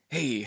Hey